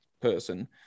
person